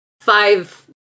five